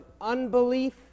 unbelief